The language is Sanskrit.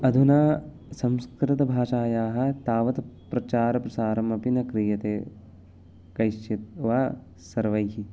अधुना संस्कृतभाषायाः तावत् प्रचारप्रसारमपि न क्रियते कैश्चित् वा सर्वैः